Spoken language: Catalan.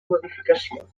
modificació